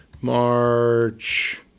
March